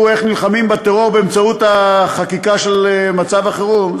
איך נלחמים בטרור באמצעות החקיקה של מצב החירום.